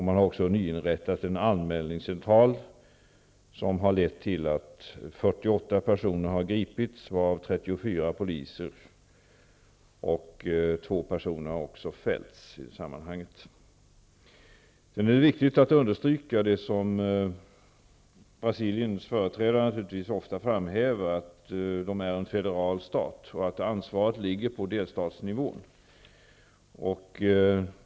Man har också nyinrättat en anmälningscentral, vilket har lett till att 48 personer har gripits, varav 34 poliser. Två personer har fällts i sammanhanget. Det är viktigt att understryka det som Brasiliens företrädare ofta framhäver, nämligen att Brasilien är en federal stat och att ansvaret ligger på delstatsnivå.